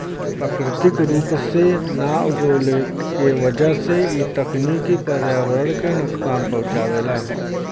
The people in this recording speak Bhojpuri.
प्राकृतिक रूप से ना उगवले के वजह से इ तकनीकी पर्यावरण के नुकसान पहुँचावेला